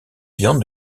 viande